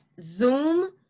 Zoom